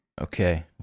Okay